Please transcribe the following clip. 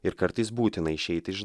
ir kartais būtina išeit iž